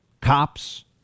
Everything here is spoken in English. cops